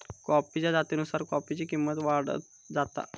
कॉफीच्या जातीनुसार कॉफीची किंमत वाढत जाता